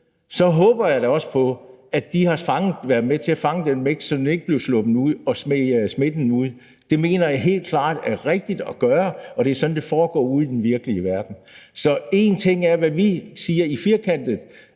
så håber jeg da også på, at de har været med til at fange den mink, så den ikke slap fri og spredte smitten. Det mener jeg helt klart er rigtigt at gøre, og det er sådan, det foregår ude i den virkelige verden. Så en ting er, hvad vi siger i firkantede